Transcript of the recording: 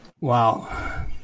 Wow